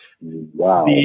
wow